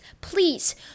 please